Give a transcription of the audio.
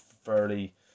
fairly